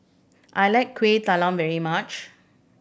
I like Kueh Talam very much